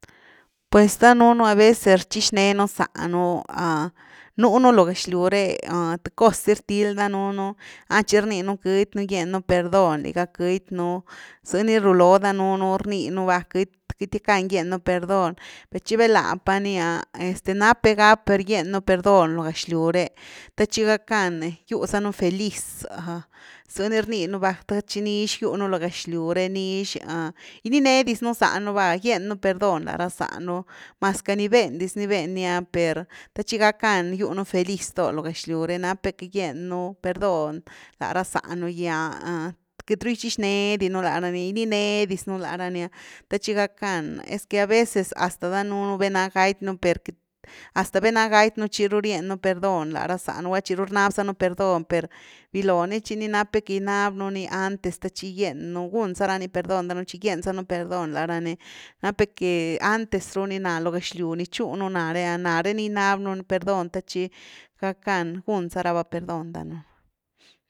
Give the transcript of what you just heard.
Pues danuunu a veces rchich né nu zánu, nuunu lo gexlyw re th cos si rtil danuunu, tchi rniinu queity nú gien nú perdón liga, queity nú zëni ruloo danuunu rninu va, queity-queity gackan gyen nú perdón, per chi vel´na lá pani’a este nap que gack ni gien nú perdón lo gëxlyw re, thetchi gackan gyu zanu feliz, zëni rnii nu va the tchi nix giu nú lo gëxlyw re nix ginii ne diz nú zánu va, gien nú perdón la ra zánu mas ca ni vén diz ni vén ni’a per the tchi gackan giu nú feliz dóh lo gëxlyw re, napnú que giennu perdón la ra zá nu gy’a queity rugichich né di nú la rani’a, gininee diz nú lara ni’a the chi gackan esque a veces hasta danuunu vaná gaty nú per, hasta va´na gaty nú tchiru rien nú perdón la ra zá nú, gula tchiru rnab za nú perdón per viloo ni tchi ni nap nú que ginab nú ni antes the tchi gien nu, gun zara ni perdón danuun tchi gien zanu perdón lara ni, nap nú que antes ru ni, ná lo gëxlyw ni tchunu ni na, nare ni ginab nú perdón the tchi gackan gun zaraba perdón danuun.